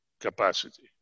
capacity